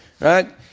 right